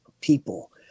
people